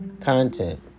content